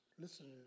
listeners